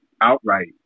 outright